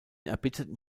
erbitterten